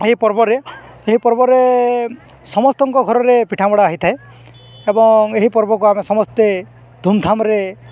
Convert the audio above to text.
ଏହି ପର୍ବରେ ଏହି ପର୍ବରେ ସମସ୍ତଙ୍କ ଘରରେ ପିଠାମଡ଼ା ହେଇଥାଏ ଏବଂ ଏହି ପର୍ବକୁ ଆମେ ସମସ୍ତେ ଧୁମ୍ଧାମ୍ରେ